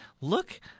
look